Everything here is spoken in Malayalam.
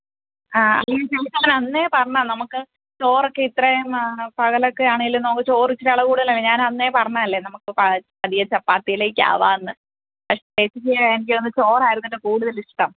ആ ഈ സണ്ണിച്ചായൻ അന്നേ പറഞ്ഞതാണ് നമുക്ക് ചോറൊക്കെ ഇത്രയും പകലൊക്കെയാണേലും നമുക്ക് ചൊറിച്ചിരി അളവ് കൂടുതലാണ് ഞാനന്നേ പറഞ്ഞതല്ലെ നമുക്ക് ഇപ്പോൾ പതിയെ ചപ്പാത്തിയിലേക്ക് ആകാമെന്ന് പക്ഷെ ചേച്ചിക്ക് എനിക്ക് തോന്നുന്നത് ചോറായിരുന്നല്ലോ കൂടുതൽ ഇഷ്ടം